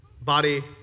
body